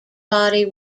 body